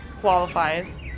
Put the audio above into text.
qualifies